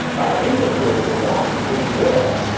our english word for want is will.